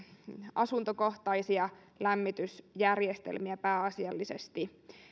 asuntokohtaisia lämmitysjärjestelmiä pääasiallisesti